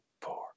Four